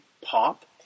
Pop